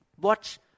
Watch